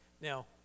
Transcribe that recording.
Now